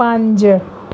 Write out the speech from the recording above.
ਪੰਜ